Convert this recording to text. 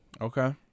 Okay